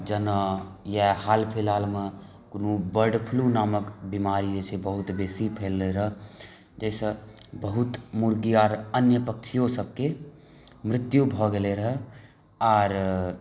जेना इएह हाल फिलहालमे कोनो बर्ड फ्लू नामक बीमारी जे छै बहुत बेसी फैललै रहय जाहिसॅं बहुत मुर्गी आर बहुत पक्षियो सबके मृत्यु भऽ गेलै रहय आर